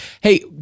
Hey